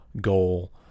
goal